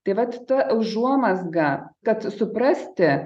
tai vat ta užuomazga kad suprasti